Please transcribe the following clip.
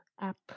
app